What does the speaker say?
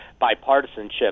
bipartisanship